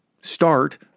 start